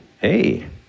hey